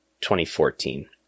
2014